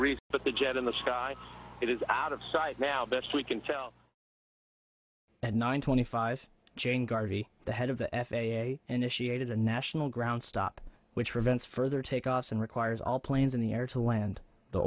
reason but the jet in the sky it is out of sight now best we can show at nine twenty five jane garvey the head of the f a a and she hated a national ground stop which prevents further takeoffs and requires all planes in the air to land the